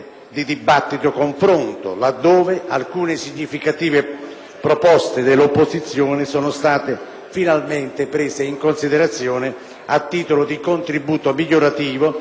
proposte delle opposizioni sono state finalmente prese in considerazione a titolo di contributo migliorativo e fanno parte di un accettato pacchetto emendativo,